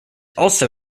also